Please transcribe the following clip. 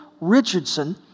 Richardson